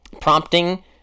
prompting